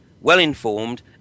well-informed